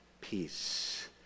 peace